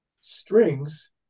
strings